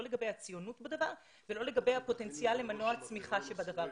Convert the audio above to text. לא לגבי הציונות בדבר ולא לגבי הפוטנציאל למנוע צמיחה שבדבר.